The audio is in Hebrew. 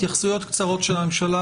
התייחסויות קצרות של הממשלה,